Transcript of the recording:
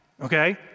okay